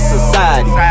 society